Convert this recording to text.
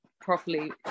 properly